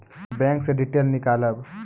Bank से detail नीकालव?